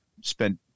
spent